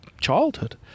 childhood